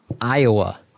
Iowa